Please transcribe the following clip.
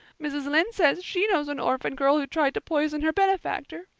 mrs. lynde says she knows an orphan girl who tried to poison her benefactor.